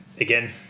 again